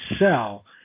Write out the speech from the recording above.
sell